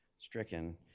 stricken